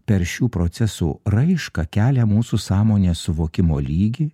per šių procesų raišką kelia mūsų sąmonės suvokimo lygį